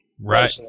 Right